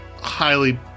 highly